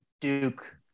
Duke